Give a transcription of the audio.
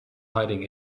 hiding